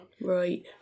Right